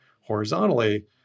horizontally